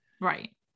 Right